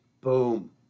Boom